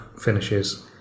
finishes